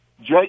Jake